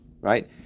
right